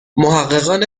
محققان